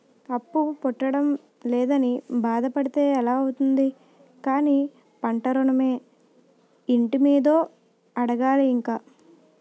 అప్పు పుట్టడం లేదని బాధ పడితే ఎలా అవుతుంది కానీ పంట ఋణమో, ఇంటి మీదో అడగాలి ఇంక